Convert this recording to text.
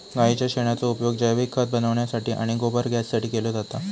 गाईच्या शेणाचो उपयोग जैविक खत बनवण्यासाठी आणि गोबर गॅससाठी केलो जाता